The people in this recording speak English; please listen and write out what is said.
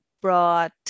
brought